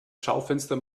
schaufenster